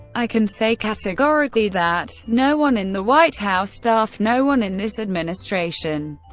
i can say categorically that. no one in the white house staff, no one in this administration,